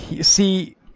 see